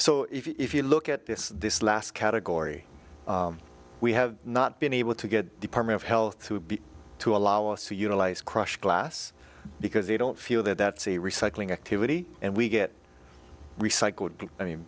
so if you look at this this last category we have not been able to get department of health to be to allow us to utilize crushed glass because they don't feel that that's a recycling activity and we get recycled i mean